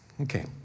Okay